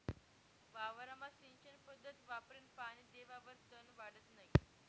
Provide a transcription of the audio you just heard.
वावरमा सिंचन पध्दत वापरीन पानी देवावर तन वाढत नै